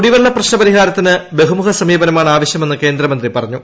കുടിവെള്ള പ്രശ്ന പരിഹാരത്തിന് ബഹുമുഖ സമീപനമാണ് ആവശ്യമെന്ന് കേന്ദ്രമന്ത്രി പറഞ്ഞു